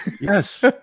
Yes